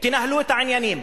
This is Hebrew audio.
תנהלו את העניינים.